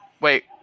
wait